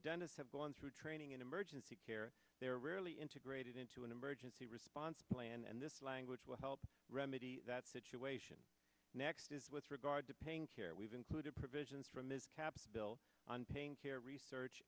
dentist have gone through training in emergency care they're really integrated into an emergency response plan and this language will help remedy that situation next is with regard to pain care we've included provisions from ms capps bill on pain care research